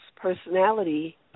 personality